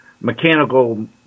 mechanical